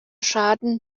schaden